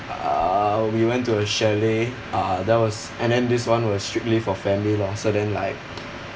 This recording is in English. uh we went to a chalet uh that was and then this one was strictly for family lah so then like